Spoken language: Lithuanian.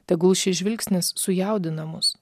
tegul šis žvilgsnis sujaudina mus